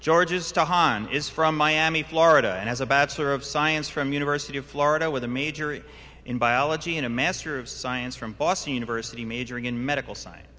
georges hahn is from miami florida and has a bachelor of science from university of florida with a major in biology and a master of science from versity majoring in medical science